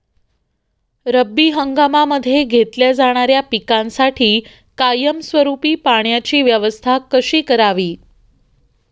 रब्बी हंगामामध्ये घेतल्या जाणाऱ्या पिकांसाठी कायमस्वरूपी पाण्याची व्यवस्था कशी करावी?